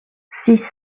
six